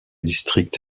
districts